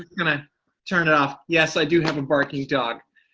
gonna turn it off. yes i do have a barking dog.